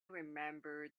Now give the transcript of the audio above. remembered